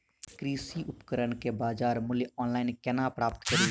कृषि उपकरण केँ बजार मूल्य ऑनलाइन केना प्राप्त कड़ी?